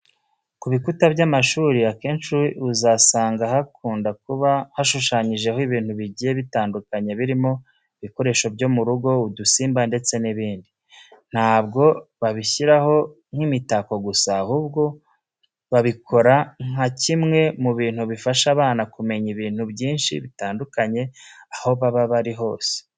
Ku bikuta by'amashuri akenshi uzasanga hakunda kuba hashushanyijeho ibintu bigiye bitandukanye birimo ibikoresho byo mu rugo, udusimba ndetse n'ibindi. Ntabwo babishyiraho nk'imitako gusa, ahubwo babikora nka kimwe mu bintu bifasha abana kumenya ibintu byinshi bitandukanye aho baba bari hose.